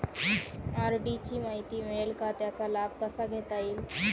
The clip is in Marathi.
आर.डी ची माहिती मिळेल का, त्याचा लाभ कसा घेता येईल?